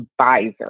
advisor